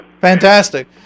Fantastic